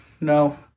no